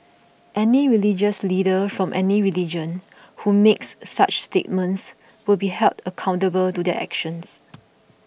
any religious leader from any religion who makes such statements will be held accountable to their actions